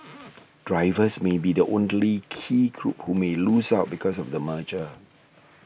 drivers may be the only key group who may lose out because of the merger